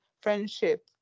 friendship